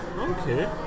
Okay